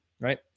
right